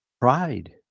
pride